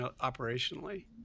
operationally